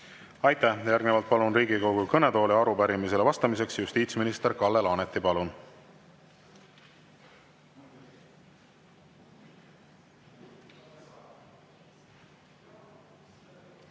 Aitäh! Järgnevalt palun Riigikogu kõnetooli arupärimisele vastamiseks justiitsminister Kalle Laaneti. Palun!